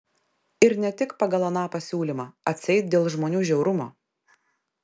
ir ne tik pagal aną pasiūlymą atseit dėl žmonių žiaurumo